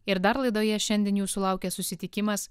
ir dar laidoje šiandien jūsų laukia susitikimas